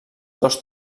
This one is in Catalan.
dos